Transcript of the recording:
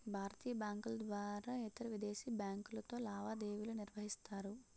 భారతీయ బ్యాంకుల ద్వారా ఇతరవిదేశీ బ్యాంకులతో లావాదేవీలు నిర్వహిస్తారు